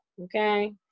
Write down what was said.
Okay